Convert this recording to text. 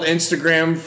Instagram